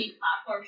platform